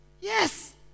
Yes